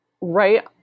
right